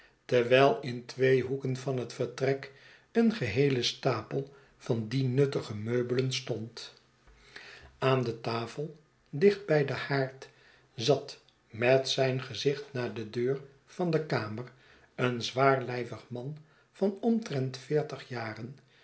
terwijl in twee hoeken van het vertrek een geheele stapel van die nuttige meubelen stond aan de tafel dicht bij den haard zat met zijn gezicht naar de deur van de kamer een zwaarlijvig man van omtrent veertig jaren